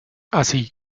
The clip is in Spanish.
así